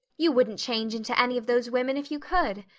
you wouldn't change into any of those women if you could.